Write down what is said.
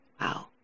Wow